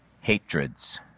hatreds